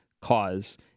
cause